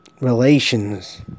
relations